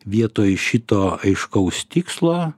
vietoj šito aiškaus tikslo